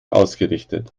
ausgerichtet